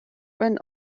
when